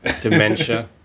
dementia